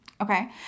Okay